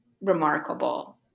remarkable